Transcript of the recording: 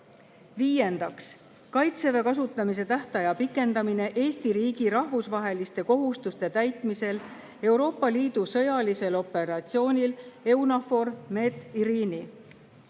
Viiendaks, "Kaitseväe kasutamise tähtaja pikendamine Eesti riigi rahvusvaheliste kohustuste täitmisel Euroopa Liidu sõjalisel operatsioonil EUNAVFOR